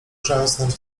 grzęznąć